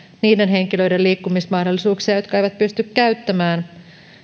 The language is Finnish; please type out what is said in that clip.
niiden henkilöiden liikkumismahdollisuuksia jotka eivät pysty käyttämään